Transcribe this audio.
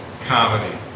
comedy